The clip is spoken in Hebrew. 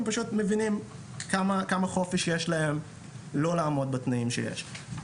הם פשוט מבינים כמה חופש יש להם לא לעמוד בתנאים שיש.